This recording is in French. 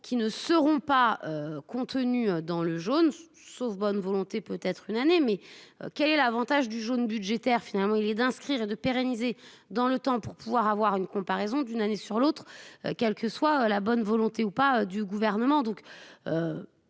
qui ne seront pas contenue dans le jaune. Sauf bonne volonté peut être une année. Mais quel est l'avantage du jaune budgétaire finalement il est d'inscrire et de pérenniser dans le temps pour pouvoir avoir une comparaison d'une année sur l'autre, quelle que soit la bonne volonté ou pas du gouvernement,